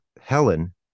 Helen